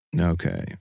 okay